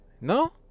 No